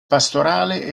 pastorale